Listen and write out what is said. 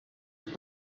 ist